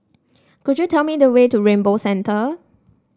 could you tell me the way to Rainbow Centre